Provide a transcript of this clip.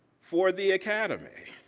for the academy.